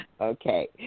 Okay